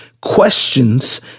questions